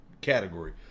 category